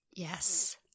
Yes